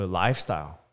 lifestyle